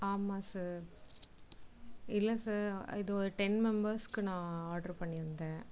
ஆமாம் சார் இல்லை சார் இது ஒரு டென் மெம்பர்சுக்கு நான் ஆர்டர் பண்ணியிருந்தேன்